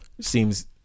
seems